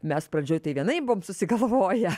mes pradžioj tai vienaip buvom susigalvoję